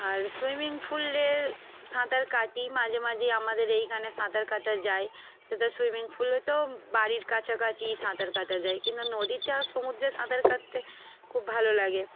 আর swimming পুলে সাঁতার কাটি মাঝে মাঝেই আমাদের এইখানে সাঁতার কাটা যায় সেটা সুইমিং পুলে তো বাড়ির কাছাকাছি সাঁতার কাটা যায় কিন্তু নদীতে আর সমুদ্রে সাঁতার কাটতে খুব ভালো লাগে